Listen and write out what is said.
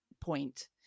point